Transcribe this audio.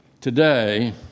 Today